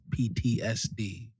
PTSD